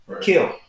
Kill